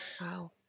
wow